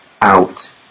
out